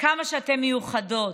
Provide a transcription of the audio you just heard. וכמה שאתן מיוחדות.